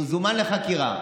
הוא זומן לחקירה.